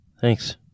Thanks